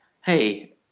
hey